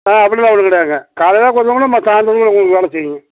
ஆ அப்படில்லாம் ஒன்றும் கிடையாதுங்க காலையில் கொடுத்தோம்னா ம சாயந்திரமே வேலை செய்யுங்க